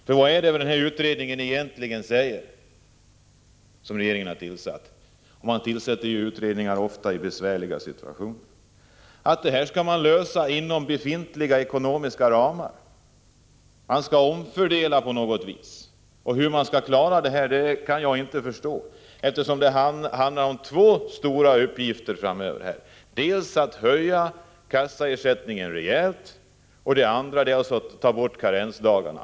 Men vad är det som gäller? Regeringen tillsätter ju ofta utredningar i besvärliga situationer. Och här sägs att frågorna skall lösas inom befintliga ekonomiska ramar — man skall omfördela på något sätt. Hur man skall klara det kan jag inte förstå, eftersom det handlar om två stora uppgifter framöver, dels att höja kassaersättningen rejält, dels att ta bort karensdagarna.